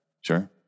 sure